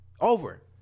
Over